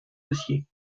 dossier